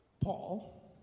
Paul